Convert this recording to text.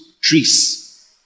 trees